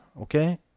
okay